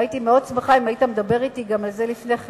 והייתי מאוד שמחה אם היית מדבר אתי על זה לפני כן.